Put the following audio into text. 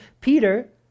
Peter